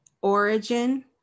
origin